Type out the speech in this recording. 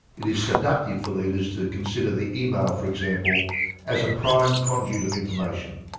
it is seductive for leaders to consider the e-mail for example as a prime conduit of information.